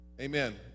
Amen